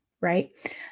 right